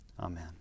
Amen